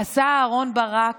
עשה אהרן ברק